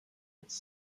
its